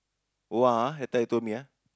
oh [wah] that time you told me ah